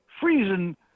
freezing